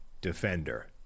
defender